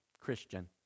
Christian